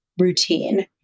routine